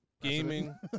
gaming